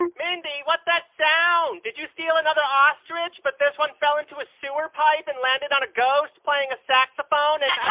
and mindy, what's that sound? did you steal another ostrich, but this one fell into a sewer pipe and landed on a ghost playing a saxophone and.